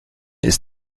ist